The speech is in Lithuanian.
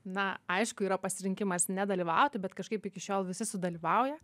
na aišku yra pasirinkimas nedalyvauti bet kažkaip iki šiol visi sudalyvauja